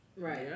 Right